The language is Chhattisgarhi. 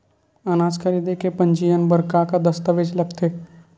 अनाज खरीदे के पंजीयन बर का का दस्तावेज लगथे?